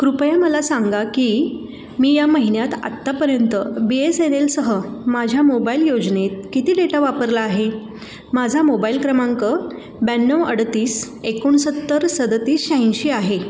कृपया मला सांगा की मी या महिन्यात आत्तापर्यंत बी एस एन एलसह माझ्या मोबाईल योजनेत किती डेटा वापरला आहे माझा मोबाईल क्रमांक ब्याण्णव अडतीस एकोणसत्तर सदतीस शहाऐंशी आहे